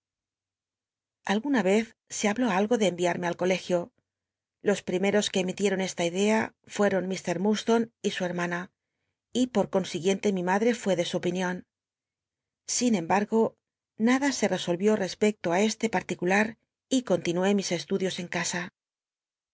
alguna rr e habló de enviarme al colegio los primeros que emitici lll esta idea fucron llr ltnd tone y su hermana y por consiguiente mi madre fué de su opinion sin em bargo nada se l snlrió respecto ü este p hticuhu y con tinué mis ludios en ca